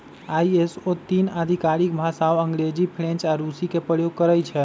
ISO तीन आधिकारिक भाषामें अंग्रेजी, फ्रेंच आऽ रूसी के प्रयोग करइ छै